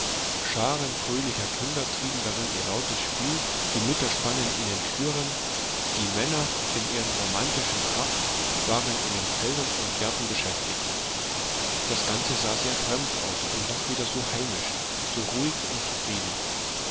scharen fröhlicher kinder trieben darin ihr lautes spiel die mütter spannen in den türen die männer in ihrer romantischen tracht waren in den feldern und gärten beschäftigt das ganze sah sehr fremd aus und doch wieder so heimisch so ruhig und zufrieden